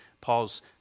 Paul's